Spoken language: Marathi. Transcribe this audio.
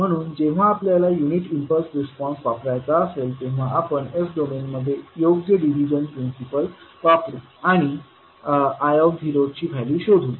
म्हणून जेव्हा आपल्याला युनिट इम्पल्स रिस्पॉन्स वापरायचा असेल तेव्हा आपण s डोमेनमध्ये योग्य डिव्हिजन प्रिंसिपल वापरू आणि i0ची व्हॅल्यू शोधू